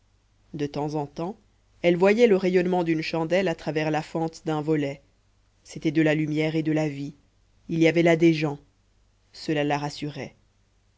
de temps en temps elle voyait le rayonnement d'une chandelle à travers la fente d'un volet c'était de la lumière et de la vie il y avait là des gens cela la rassurait